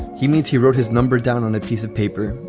he means he wrote his number down on a piece of paper,